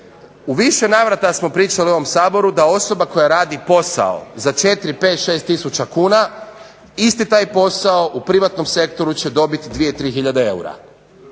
U više navrata smo pričali u ovom Saboru da osoba koja radi posao za 4, 5, 6 tisuća kuna isti taj posao u privatnom sektoru će dobiti 2, 3 hiljade eura.